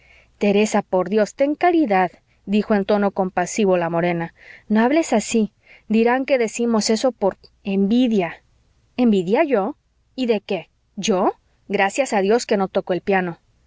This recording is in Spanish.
teresa por dios ten caridad dijo en tono compasivo la morena no hables así dirán que decimos eso por envidia envidia yo y de qué yo gracias a dios que no toco el piano